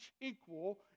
equal